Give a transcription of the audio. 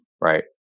right